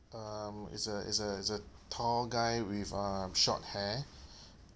um it's a it's a it's a tall guy with um short hair